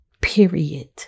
period